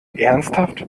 ernsthaft